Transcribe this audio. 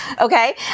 okay